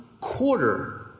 quarter